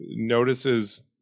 notices